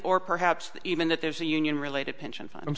or perhaps even that there's a union related pension